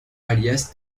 alias